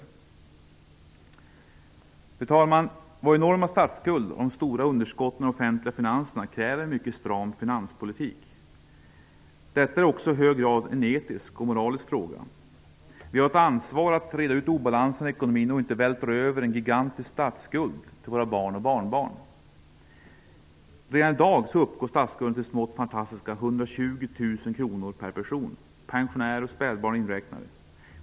Fru talman! Vår enorma statsskuld och de stora underskotten i de offentliga finanserna kräver en mycket stram finanspolitik. Detta är också i hög grad en etisk och moralisk fråga. Vi har ett ansvar att reda ut obalanserna i ekonomin och inte vältra över en gigantisk statsskuld till våra barn och barnbarn. Redan i dag uppgår statsskulden till smått fantastiska 120 000 kr/person, pensionärer och spädbarn inräknade.